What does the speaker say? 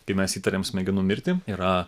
kai mes įtariam smegenų mirtį yra